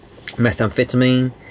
methamphetamine